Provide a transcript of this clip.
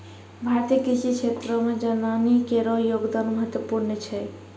भारतीय कृषि क्षेत्रो मे जनानी केरो योगदान महत्वपूर्ण छै